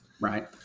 right